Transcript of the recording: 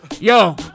yo